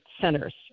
centers